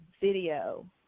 video